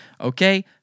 Okay